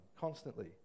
constantly